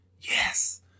Yes